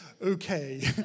okay